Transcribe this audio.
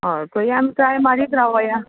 हय तरी आमी ट्राय मारीत रावोया